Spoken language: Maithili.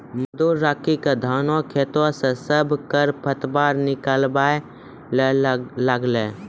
मजदूर राखी क धानों खेतों स सब खर पतवार निकलवाय ल लागलै